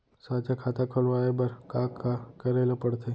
साझा खाता खोलवाये बर का का करे ल पढ़थे?